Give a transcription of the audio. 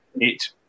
Eight